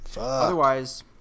Otherwise